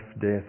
death